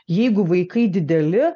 jeigu vaikai dideli